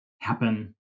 happen